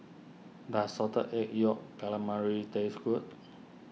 does Salted Egg Yolk Calamari taste good